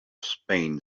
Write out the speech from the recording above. spain